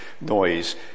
noise